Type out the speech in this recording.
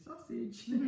Sausage